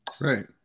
right